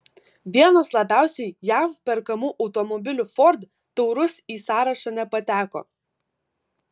vienas labiausiai jav perkamų automobilių ford taurus į sąrašą nepateko